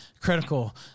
critical